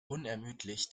unermüdlich